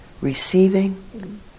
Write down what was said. receiving